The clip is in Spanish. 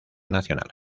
nacional